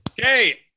Okay